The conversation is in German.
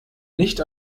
nicht